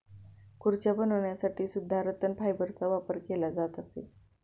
खुर्च्या बनवण्यासाठी सुद्धा रतन फायबरचा वापर केला जात असे